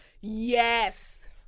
yes